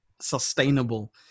sustainable